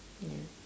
ya